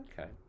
Okay